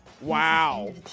Wow